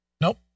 Nope